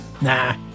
Nah